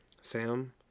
Sam